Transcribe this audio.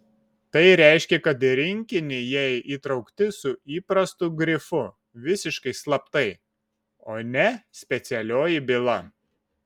tai reiškė kad į rinkinį jie įtraukti su įprastu grifu visiškai slaptai o ne specialioji byla